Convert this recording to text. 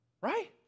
Right